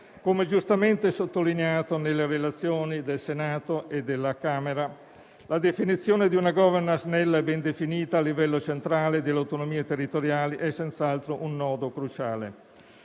Come giustamente sottolineato nelle relazioni del Senato e della Camera, la definizione di una *governance* snella e ben definita a livello centrale delle autonomie territoriali è senz'altro un nodo cruciale.